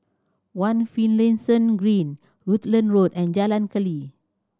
One Finlayson Green Rutland Road and Jalan Keli